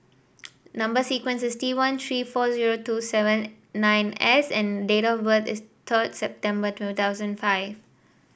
number sequence is T one three four zero two seven nine S and date of birth is third September two thousand five